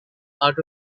out